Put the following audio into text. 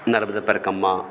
नर्बदा पर कम्मा